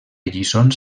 lliçons